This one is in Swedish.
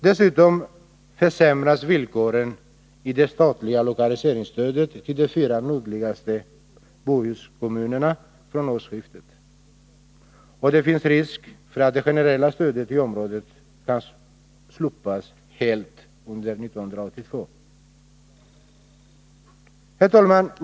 Dessutom försämras villkoren för det statliga lokaliseringsstödet till de fyra nordligaste Bohuskommunerna från årsskiftet. Och det finns risk för att det generella stödet i området kan slopas helt under 1982. Herr talman!